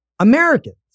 Americans